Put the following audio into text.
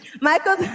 Michael